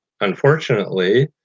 Unfortunately